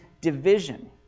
division